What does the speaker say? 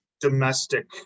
domestic